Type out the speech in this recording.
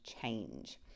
change